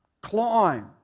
climb